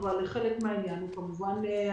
אבל חלק מהעניין זה הצורך,